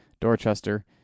Dorchester